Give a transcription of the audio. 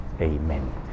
Amen